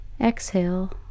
exhale